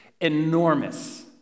enormous